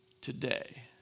today